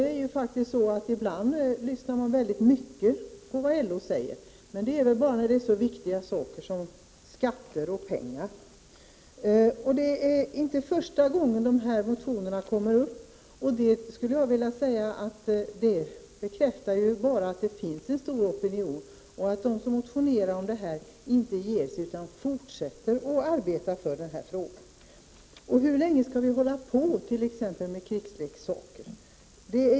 Ibland lyssnar man faktiskt väldigt mycket på vad LO säger, men bara om det är fråga om så viktiga saker som skatter och pengar. Det är inte första gången som dessa motioner kommer upp. Det bekräftar bara att det finns en stark opinion. De som motionerar ger sig inte utan fortsätter att arbeta för denna fråga. Hur länge skall vi hålla på med t.ex. frågor om krigsleksaker?